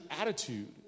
attitude